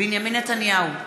בנימין נתניהו,